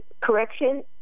correction